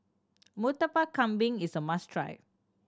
Murtabak Kambing is a must try